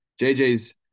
JJ's